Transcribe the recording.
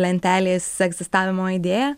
lentelės egzistavimo idėją